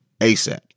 ASAP